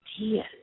ideas